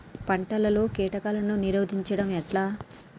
పంటలలో కీటకాలను నిరోధించడం ఎట్లా?